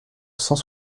cent